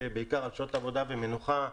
בעיקר על שעות עבודה ומנוחה,